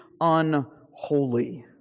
unholy